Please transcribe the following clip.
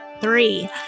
three